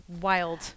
wild